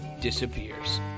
disappears